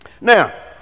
Now